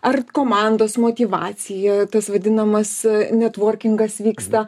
ar komandos motyvacija tas vadinamas netvorkingas vyksta